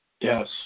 Yes